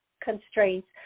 constraints